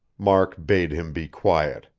mark bade him be quiet.